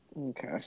Okay